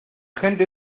gente